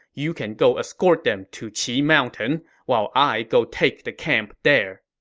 you can go escort them to qi mountain, while i go take the camp there.